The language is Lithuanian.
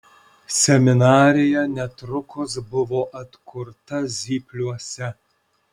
seminarija netrukus buvo atkurta zypliuose